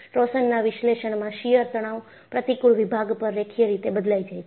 ટોર્શનના વિશ્લેષણમાં શીયર તણાવ પ્રતિકુળ વિભાગ પર રેખીય રીતે બદલાય જાય છે